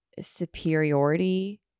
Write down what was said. superiority